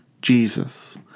Jesus